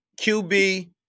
QB